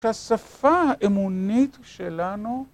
את השפה האמונית שלנו